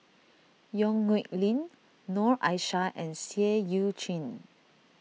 Yong Nyuk Lin Noor Aishah and Seah Eu Chin